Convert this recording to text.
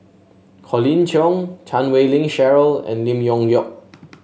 Colin Cheong Chan Wei Ling Cheryl and Lim Leong Geok